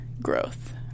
growth